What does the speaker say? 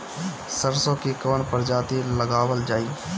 सरसो की कवन प्रजाति लगावल जाई?